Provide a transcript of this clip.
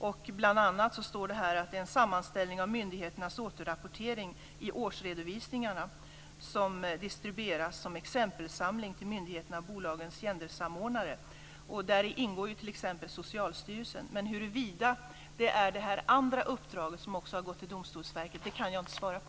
Det står bl.a. att det är en sammanställning av myndigheternas återrapportering i årsredovisningarna som distribueras som exempelsamling till myndigheterna och bolagens gendersamordnare. Där ingår t.ex. Socialstyrelsen. Huruvida det är det andra uppdraget som också har gått till Domstolsverket, kan jag inte svara på.